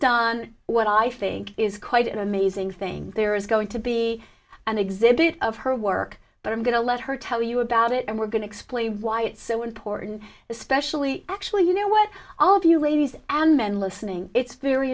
done what i think is quite an amazing thing there is going to be an exhibit of her work but i'm going to let her tell you about it and we're going to explain why it's so important especially actually you know what all of you ladies and men listening it's very